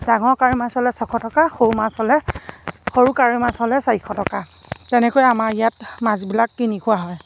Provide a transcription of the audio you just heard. ডাঙৰ কাৱৈ মাছ হ'লে ছশ টকা সৰু মাছ হ'লে সৰু কাৱৈ মাছ হ'লে চাৰিশ টকা তেনেকৈ আমাৰ ইয়াত মাছবিলাক কিনি খোৱা হয়